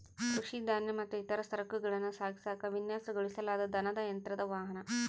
ಕೃಷಿ ಧಾನ್ಯ ಮತ್ತು ಇತರ ಸರಕುಗಳನ್ನ ಸಾಗಿಸಾಕ ವಿನ್ಯಾಸಗೊಳಿಸಲಾದ ದನದ ಯಂತ್ರದ ವಾಹನ